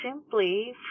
simply